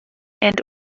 and